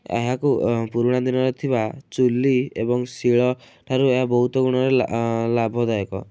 ଏହାକୁ ପୁରୁଣା ଦିନରେ ଥିବା ଚୁଲି ଏବଂ ଶିଳ ଠାରୁ ଏହା ବହୁତ ଗୁଣରେ ଲା ଲାଭଦାୟକ